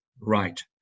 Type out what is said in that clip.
right